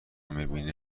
میبینه